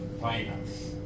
finance